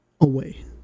away